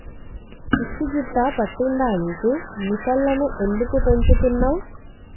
పిచ్చి గిట్టా పట్టిందా నీకు ముసల్లను ఎందుకు పెంచుతున్నవ్